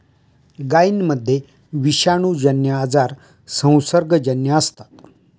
गायींमध्ये विषाणूजन्य आजार संसर्गजन्य असतात